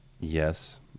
Yes